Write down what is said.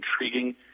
intriguing